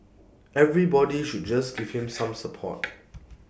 everybody should just give him some support